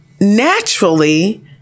Naturally